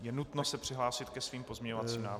Je nutno se přihlásit ke svým pozměňovacím návrhům.